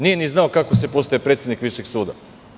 Nije ni znao kako se postaje predsednik Višeg suda.